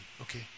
Okay